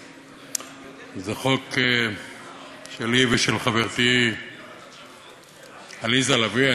זה חוק שלי ושל חברתי עליזה לביא.